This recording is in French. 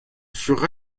furent